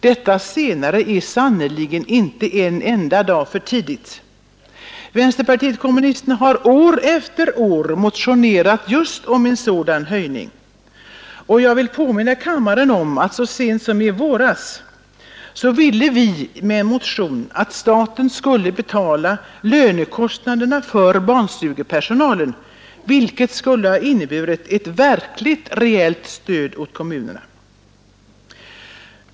Detta senare är sannerligen inte en enda dag för tidigt. Vänsterpartiet kommunisterna har år efter år motionerat om just en sådan höjning, och jag vill påminna kammaren om att vpk så sent som i våras i en motion föreslog att staten skulle betala lönekostnaderna för barnstugepersonalen, vilket skulle ha inneburit ett verkligt reellt stöd åt kommunerna.